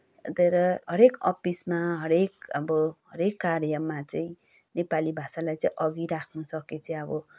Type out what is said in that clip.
तर हरेक अफिसमा हरेक अब हरेक कार्यमा चाहिँ नेपाली भाषालाई चाहिँ अघि राख्नुसके चाहिँ अब